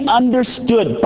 understood